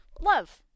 love